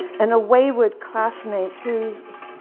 and a wayward classmate who's,